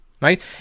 right